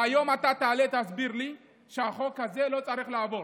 והיום אתה תעלה ותסביר לי שהחוק הזה לא צריך לעבור.